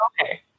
Okay